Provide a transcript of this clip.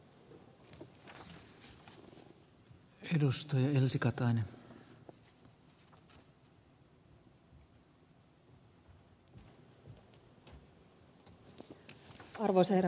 arvoisa herra puhemies